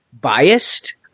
biased